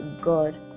god